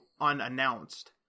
unannounced